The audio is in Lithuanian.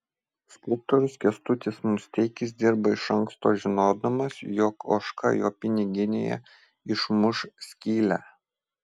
skulptorius kęstutis musteikis dirba iš anksto žinodamas jog ožka jo piniginėje išmuš skylę